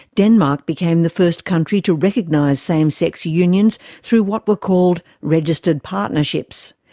denmark became the first country to recognise same-sex unions through what were called registered partnerships.